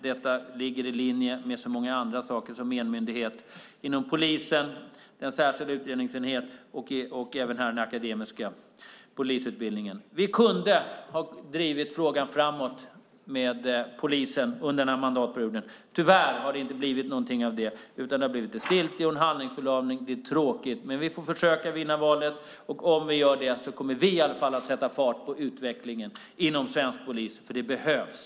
Det ligger dock i linje med många andra saker - en enmyndighet inom polisen, en särskild utredningsenhet och nu alltså en akademisk polisutbildning. Vi kunde ha drivit polisfrågan framåt under den här mandatperioden. Tyvärr har det inte blivit någonting av det, utan det har blivit stiltje och handlingsförlamning. Det är tråkigt. Vi får dock försöka vinna valet, och om vi gör det kommer vi att sätta fart på utvecklingen inom svensk polis - för det behövs!